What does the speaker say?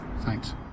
Thanks